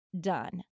done